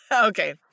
Okay